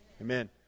Amen